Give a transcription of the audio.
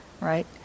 right